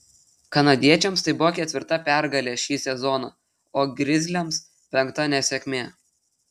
kanadiečiams tai buvo ketvirta pergalė šį sezoną o grizliams penkta nesėkmė